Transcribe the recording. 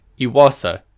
Iwasa